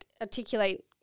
articulate